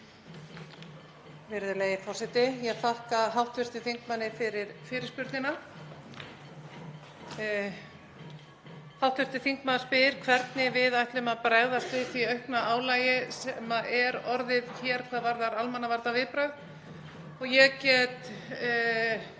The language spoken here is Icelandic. Hv. þingmaður spyr hvernig við ætlum að bregðast við því aukna álagi sem er orðið hér hvað varðar almannavarnaviðbragð. Ég get